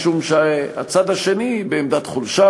משום שהצד השני בעמדת חולשה,